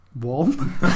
warm